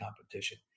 competition